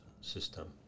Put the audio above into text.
system